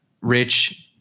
rich